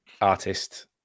artist